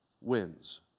wins